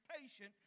patient